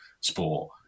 sport